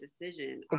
decision